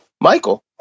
Michael